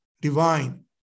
Divine